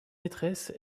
maîtresse